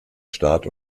staat